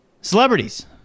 Celebrities